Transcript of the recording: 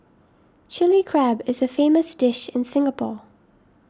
Chilli Crab is a famous dish in Singapore